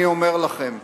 אני אומר לכם: